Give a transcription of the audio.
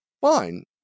fine